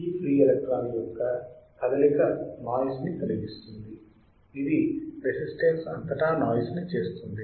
ఈ free electron యొక్క కదలిక నాయిస్ ని కలిగిస్తుంది ఇది రెసిస్టన్స్ అంతటా నాయిస్ ని చేస్తుంది